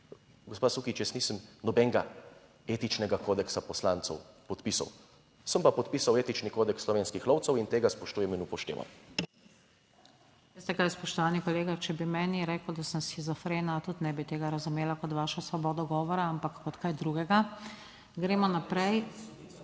gospa Sukič, jaz nisem nobenega etičnega kodeksa poslancev podpisal, sem pa podpisal etični kodeks slovenskih lovcev in tega spoštujem in upoštevam. **PODPREDSEDNICA NATAŠA SUKIČ:** Veste kaj, spoštovani kolega, če bi meni rekel, da sem shizofrena, tudi ne bi tega razumela kot vašo svobodo govora, ampak kot kaj drugega. Gremo naprej.